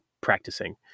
practicing